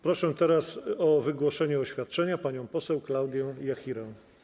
Proszę teraz o wygłoszenie oświadczenia panią poseł Klaudię Jachirę.